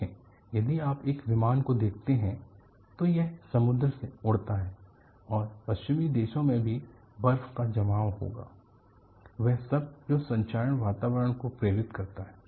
देखें यदि आप एक विमान को देखते हैं तो यह समुद्र से उड़ता है और पश्चमी देशों में भी बर्फ का जमाव होगा वह सब जो संक्षारक वातावरण को प्रेरित करता है